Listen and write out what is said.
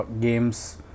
games